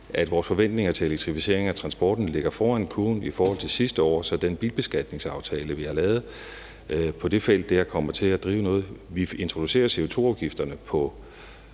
at vores forventninger til elektrificering af transporten ligger foran kurven i forhold til sidste år, så den bilbeskatningsaftale, vi har lavet på det felt, kommer til at drive noget. Vi introducerer CO2-afgifterne på